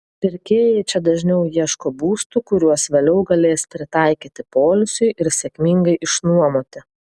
pirkėjai čia dažniau ieško būstų kuriuos vėliau galės pritaikyti poilsiui ir sėkmingai išnuomoti